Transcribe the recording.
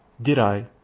did i,